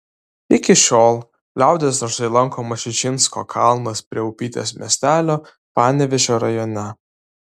iki šiol liaudies dažnai lankomas čičinsko kalnas prie upytės miestelio panevėžio rajone